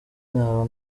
naba